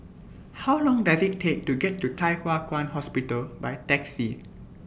How Long Does IT Take to get to Thye Hua Kwan Hospital By Taxi